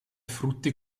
frutti